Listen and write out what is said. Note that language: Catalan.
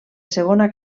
segona